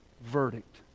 verdict